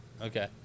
Okay